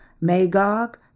Magog